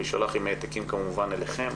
הוא יישלח עם העתקים כמובן אליכם,